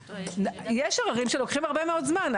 יש עררים שלוקחים הרבה מאוד זמן.